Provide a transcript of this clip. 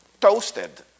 toasted